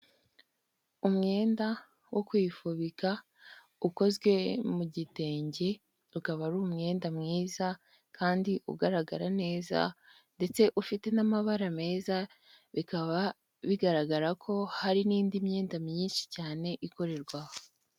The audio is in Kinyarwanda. Umwenda wo kwifubika ukozwe mu gitenge ukaba ari umwenda mwiza kandi ugaragara neza ndetse ufite n'amabara meza bikaba bigaragara ko hari n'indi myenda myinshi cyane ikorerwa aho.